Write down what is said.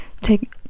take